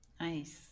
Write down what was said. Nice